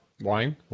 Wine